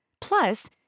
Plus